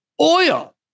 Oil